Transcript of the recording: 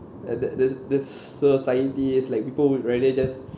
uh the the the society is like people would rather just